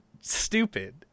stupid